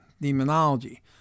demonology